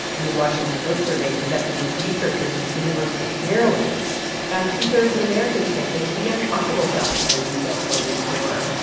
and new washington post survey conducted with researchers at the university of maryland found two-thirds of americans say they'd be uncomfortable shopping at a retail clothing store,